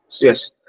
yes